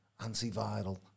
antiviral